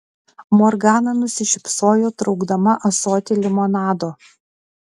morgana nusišypsojo traukdama ąsotį limonado